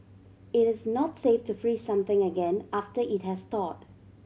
it is not safe to freeze something again after it has thawed